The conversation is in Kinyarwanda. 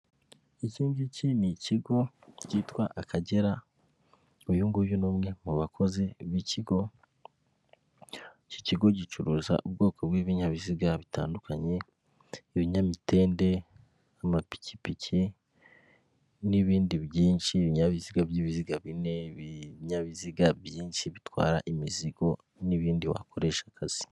Iki ngiki ni ikigo cyitwa akagera. Uyu nguyu ni umwe mu bakozi b'ikigo. Iki kigo gicuruza ubwoko bw'ibinyabiziga bitandukanye; ibinyamitende n'amapikipiki, n'ibindi byinshi, ibinyabiziga by'ibiziga bine, ibinyabiziga byinshi bitwara imizigo, n'ibindi wakoresha akazi.